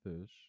fish